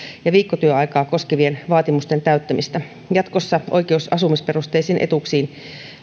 ja viikkotyöaikaa koskevien vaatimusten täyttämistä jatkossa oikeus asumisperusteisiin etuuksiin